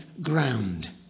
ground